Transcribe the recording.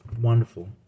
wonderful